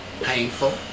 Painful